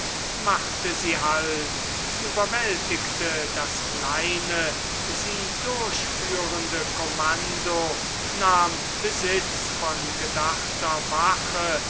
machte sie halt überwältigte das kleine sie durchführende kommando nahm besitz von gedachter wache